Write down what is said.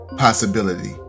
Possibility